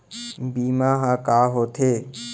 बीमा ह का होथे?